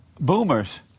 boomers